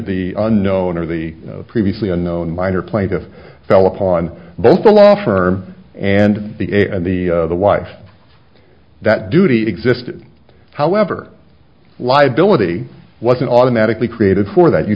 the unknown or the previously unknown minor plaintiff fell upon both the law firm and the and the the wife that duty exist however liability wasn't automatically created for that you